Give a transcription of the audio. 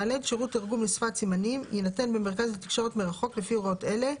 שירות תרגום לשפת סימנים יינתן במרכז לתקשורת מרחוק לפי הוראות אלה: